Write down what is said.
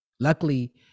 luckily